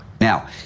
Now